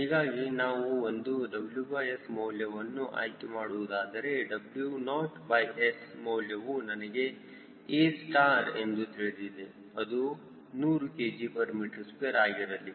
ಹೀಗಾಗಿನಾನು ಒಂದು WS ಮೌಲ್ಯವನ್ನು ಆಯ್ಕೆ ಮಾಡುವುದಾದರೆ W0S ಮೌಲ್ಯವು ನನಗೆ A ಸ್ಟಾರ್ ಎಂದು ತಿಳಿದಿದೆ ಅದು 100 kgm2 ಆಗಿರಲಿ